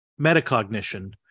metacognition